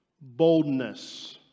boldness